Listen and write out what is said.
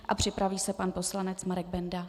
A připraví se pan poslanec Marek Benda.